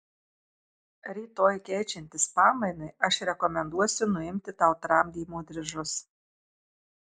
rytoj keičiantis pamainai aš rekomenduosiu nuimti tau tramdymo diržus